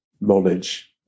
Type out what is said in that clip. knowledge